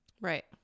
right